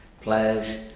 players